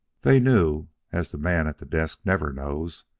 they knew, as the man at the desk never knows,